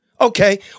Okay